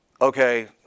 okay